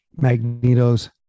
magneto's